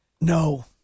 No